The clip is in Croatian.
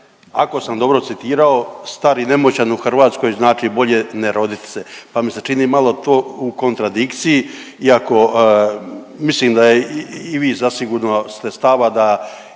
ako sam dobro citirao star i nemoćan u Hrvatskoj znači bolje ne rodit se, pa mi se čini malo to u kontradikciji, iako mislim da i vi zasigurno ste stava da